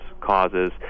causes